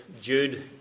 Jude